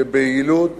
שביעילות